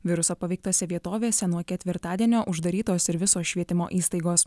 viruso paveiktose vietovėse nuo ketvirtadienio uždarytos ir visos švietimo įstaigos